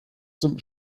zum